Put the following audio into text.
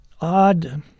odd—